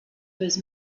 his